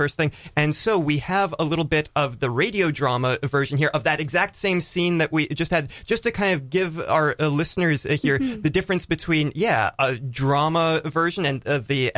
first thing and so we have a little bit of the radio drama version here of that exact same scene that we just had just to kind of give our listeners the difference between yeah drama version and the